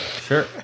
Sure